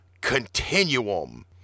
Continuum